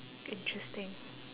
interesting